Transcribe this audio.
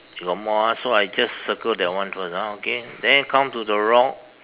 you got more ah so I just circle that one first ah okay then come to the rock